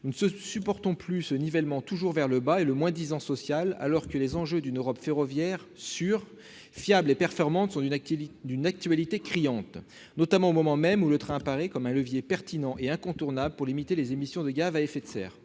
Nous ne supportons plus ce nivellement qui tend toujours vers le bas et le moins-disant social, alors que les enjeux d'une Europe ferroviaire sûre, fiable et performante sont d'une actualité criante, au moment même où le train apparaît comme un levier pertinent et incontournable pour limiter les émissions de gaz à effet de serre